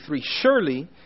Surely